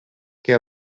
què